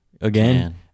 again